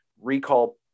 recall